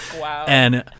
Wow